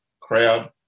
crowd